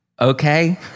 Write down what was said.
okay